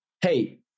hey